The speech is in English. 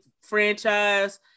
franchise